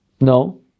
No